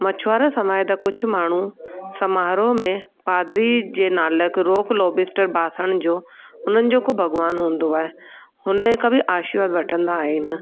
मछुआरा समुदाय जा कुझु माण्हू समारोह में पादरी जे नालक रोक लॉबिस्टर बासण जो उन्हनि जो हिकु भॻवानु हूंदो आहे हुन खां बि आशीर्वाद वठंदा आहिनि